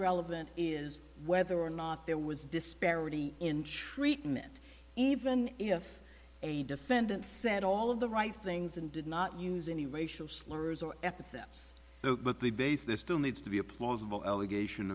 relevant is whether or not there was disparity in treatment even if a defendant said all of the right things and did not use any racial slurs or epithets based there still needs to be a plausible allegation